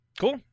Cool